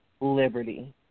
liberty